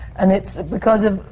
and it's because of,